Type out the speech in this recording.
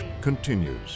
continues